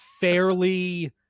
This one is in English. fairly